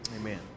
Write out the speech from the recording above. Amen